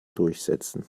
durchsetzen